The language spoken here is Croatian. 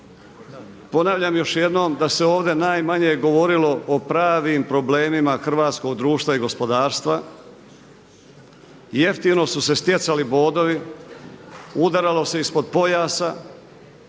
Ponavljam još jednom da se ovdje najmanje govorilo o pravim problemima hrvatskog društva i gospodarstva, jeftino su se stjecali bodovi, udaralo se ispod pojasa